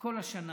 כל השנה,